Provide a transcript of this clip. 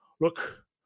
look